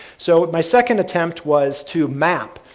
so, my second attempt was to map,